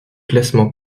classements